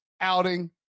outing